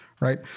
right